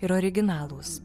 ir originalūs